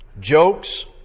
jokes